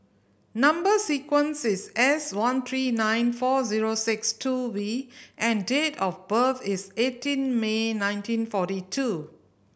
number sequence is S one three nine four zero six two V and date of birth is eighteen May nineteen forty two